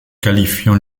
qualifiant